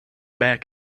back